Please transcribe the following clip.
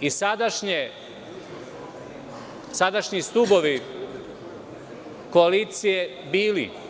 i sadašnji stubovi koalicije bili.